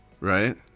Right